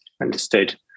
Understood